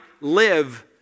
live